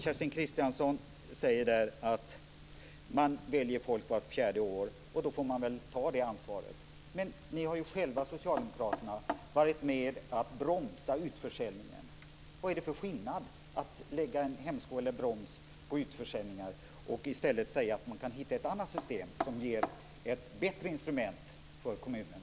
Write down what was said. Karlstedt säger att man väljer folk vart fjärde år, och då får man ta det ansvaret. Men ni socialdemokrater har själva varit med att bromsa utförsäljningen. Vad är det för skillnad mellan att lägga en hämsko eller broms på utförsäljningen och att säga att man kan hitta ett annat system som ger ett bättre instrument för kommunerna?